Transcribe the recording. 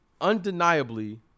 undeniably